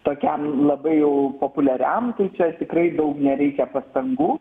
tokiam labai jau populiariam tai čia tikrai daug nereikia pastangų